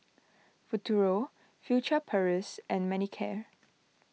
Futuro Furtere Paris and Manicare